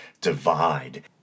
divide